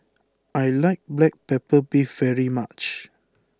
I like Black Pepper Beef very much